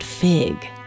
Fig